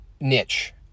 niche